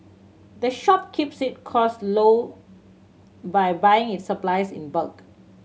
the shop keeps it costs low by buying its supplies in bulk